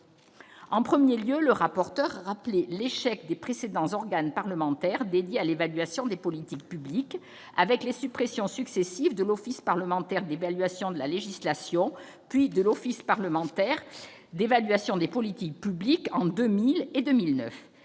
d'abord, le rapporteur a rappelé l'échec des précédents organes parlementaires dédiés à l'évaluation des politiques publiques, avec les suppressions successives de l'Office parlementaire d'évaluation des politiques publiques et de l'Office parlementaire d'évaluation de la législation, en 2000 et en 2009.